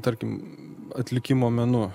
tarkim atlikimo menu